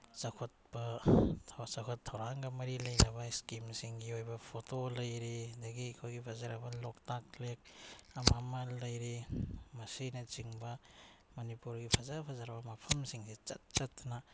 ꯆꯥꯎꯈꯠꯄ ꯆꯥꯎꯈꯠ ꯊꯧꯔꯥꯡꯒ ꯃꯔꯤ ꯂꯩꯅꯕ ꯏꯁꯀꯤꯝꯁꯤꯡꯒꯤ ꯑꯣꯏꯕ ꯐꯣꯇꯣ ꯂꯩꯔꯤ ꯑꯗꯨꯗꯒꯤ ꯑꯩꯈꯣꯏꯒꯤ ꯐꯖꯔꯕ ꯂꯣꯛꯇꯥꯛ ꯂꯦꯛ ꯑꯃ ꯑꯃ ꯂꯩꯔꯤ ꯃꯁꯤꯅꯆꯤꯡꯕ ꯃꯅꯤꯄꯨꯔꯒꯤ ꯐꯖ ꯐꯖꯔꯕ ꯃꯐꯝꯁꯤꯡꯁꯦ ꯆꯠ ꯆꯠꯇꯅ